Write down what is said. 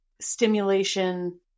stimulation